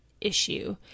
issue